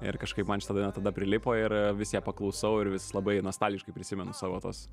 ir kažkaip man šita daina tada prilipo ir vis ją paklausau ir vis labai nostalgiškai prisimenu savo tuos